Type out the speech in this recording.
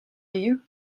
you